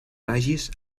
vagis